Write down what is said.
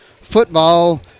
football